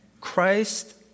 Christ